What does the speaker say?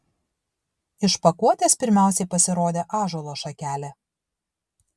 iš pakuotės pirmiausiai pasirodė ąžuolo šakelė